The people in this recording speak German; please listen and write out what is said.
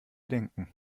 denken